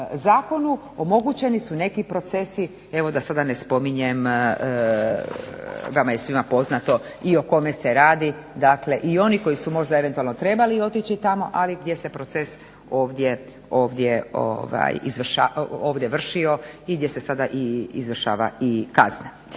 zakonu omogućeni su neki procesi, evo da sada ne spominjem, vama je svima poznato i o kome se radi, dakle i oni koji su možda eventualno trebali otići tamo, ali gdje se proces ovdje vršio i gdje se sada izvršava i kazna.